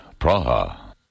Praha